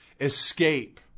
escape